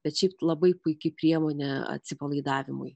bet šiaip labai puiki priemonė atsipalaidavimui